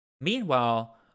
Meanwhile